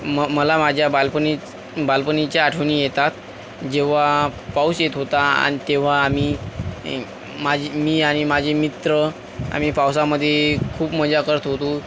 मला माझ्या बालपणी बालपणीच्या आठवणी येतात जेव्हा पाऊस येत होता आणि तेव्हा आम्ही मी आणि माझे मित्र आम्ही पावसामधे खूप मजा करत होतो